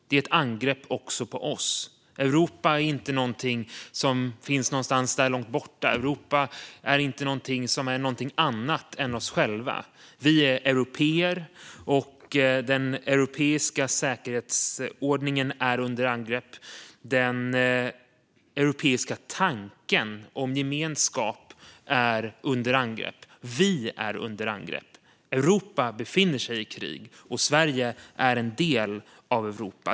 Det är ett angrepp också på oss. Europa är inte någonting som finns någonstans där långt borta. Europa är inte någonting som är något annat än oss själva. Vi är européer, och den europeiska säkerhetsordningen är under angrepp. Den europeiska tanken om gemenskap är under angrepp. Vi är under angrepp. Europa befinner sig i krig, och Sverige är en del av Europa.